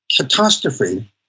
catastrophe